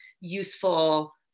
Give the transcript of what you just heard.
useful